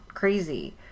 crazy